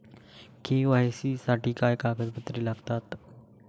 KYC साठी काय कागदपत्रे लागतात?